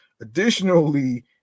Additionally